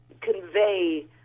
convey